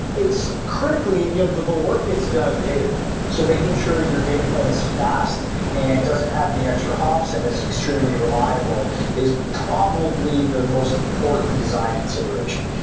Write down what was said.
it's critically, you know the the work gets done the data plane. so making sure that your data plane is fast and doesn't have any extra hops and is extremely reliable is probably the most important design consideration,